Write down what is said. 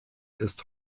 ist